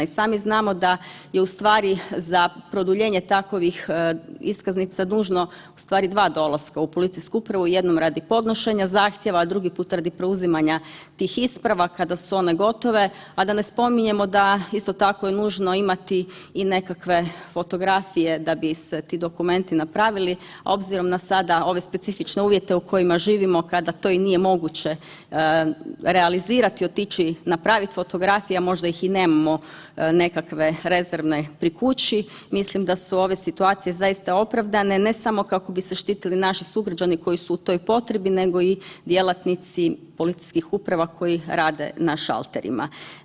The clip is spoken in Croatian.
I sami znamo da je produljenje takovih iskaznica dužno dva dolaska u policijsku upravu, jednom radi podnošenja zahtjeva, a drugi put radi preuzimanja tih isprava kada su one gotove, a da ne spominjemo da isto tako je nužno imati i nekakve fotografije da bi se ti dokumenti napravili, a obzirom na sada ove specifične uvjete u kojima živimo kada to i nije moguće realizirati otići napraviti fotografije, a možda ih i nemamo nekakve rezervne pri kući, mislim da su ove situacije zaista opravdane, ne samo kako bi se štitili naši sugrađani koji su u toj potrebi nego i djelatnici policijskih uprava koji rade na šalterima.